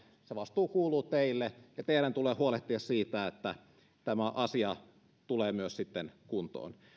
se vastuu kuuluu teille ja teidän tulee huolehtia siitä että tämä asia tulee myös sitten kuntoon